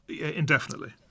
indefinitely